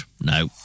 no